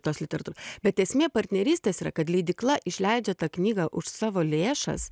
tos literatūr bet esmė partnerystės yra kad leidykla išleidžia tą knygą už savo lėšas